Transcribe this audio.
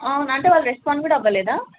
అవును అంటే వాళ్ళు రెస్పాండ్ కూడా అవ్వలేదా